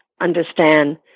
understand